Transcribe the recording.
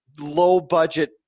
low-budget